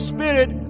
Spirit